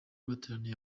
bateraniye